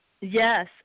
Yes